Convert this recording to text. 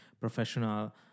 professional